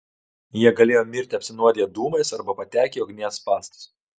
jie galėjo mirti apsinuodiję dūmais arba patekę į ugnies spąstus